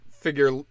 figure